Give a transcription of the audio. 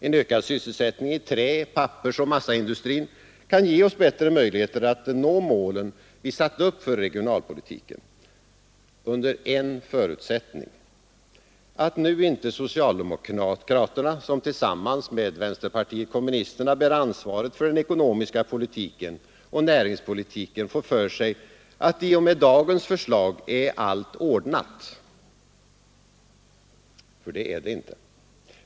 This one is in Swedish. En ökad sysselsättning i trä-, pappersoch massaindustrin kan ge oss bättre möjligheter att nå målen vi satt upp för regionalpolitiken. Dock under en förutsättning: att nu inte socialdemokraterna, som tillsammans med vpk bär ansvaret för den ekonomiska politiken och näringspolitiken, får för sig att i och med dagens förslag är allt ordnat — för det är det inte.